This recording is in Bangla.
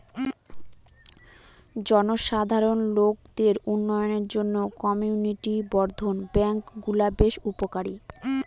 জনসাধারণ লোকদের উন্নয়নের জন্য কমিউনিটি বর্ধন ব্যাঙ্কগুলা বেশ উপকারী